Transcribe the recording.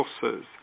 sources